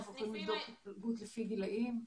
אנחנו יכולים לבדוק מיקוד לפי גילאים.